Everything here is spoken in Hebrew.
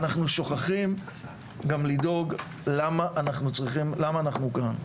אבל אנחנו שוכחים לדאוג למה אנחנו כאן.